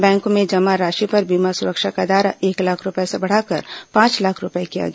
बैंकों में जमा राशि पर बीमा सुरक्षा का दायरा एक लाख रूपये से बढ़ाकर पांच लाख रूपये किया गया